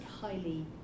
highly